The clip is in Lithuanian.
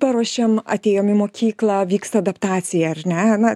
paruošėm atėjom į mokyklą vyksta adaptacija ar ne na